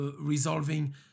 resolving